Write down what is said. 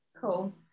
Cool